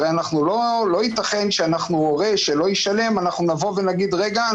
לא ייתכן שהורה שלא ישלם נגיד: רגע,